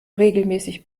regelmäßig